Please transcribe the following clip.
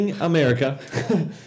America